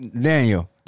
Daniel